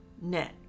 net